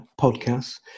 podcasts